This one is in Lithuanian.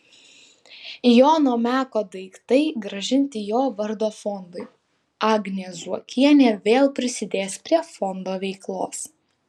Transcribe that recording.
jono meko daiktai grąžinti jo vardo fondui agnė zuokienė vėl prisidės prie fondo veiklos